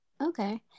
Okay